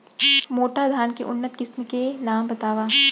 मोटा धान के उन्नत किसिम के नाम बतावव?